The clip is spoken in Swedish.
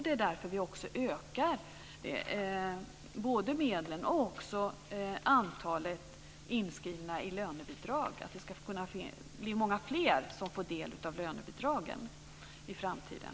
Det är därför som vi ökar både medlen och antalet inskrivna när det gäller lönebidrag. Det ska bli många fler som i framtiden får del av lönebidragen.